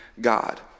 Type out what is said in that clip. God